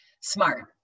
smart